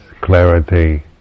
clarity